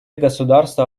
государства